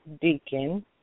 deacon